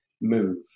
move